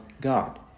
God